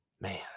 man